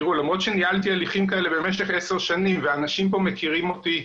למרות שניהלתי הליכים כאלה במשך עשר שנים ואנשים פה מכירים אותי,